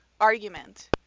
argument